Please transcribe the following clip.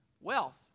wealth